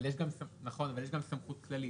נכון אבל יש גם סמכות כללית.